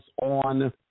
on